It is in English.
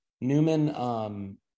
Newman